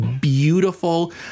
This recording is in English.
beautiful